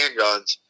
handguns